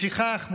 לפיכך,